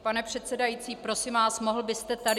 Pane předsedající, prosím vás, mohl byste tady...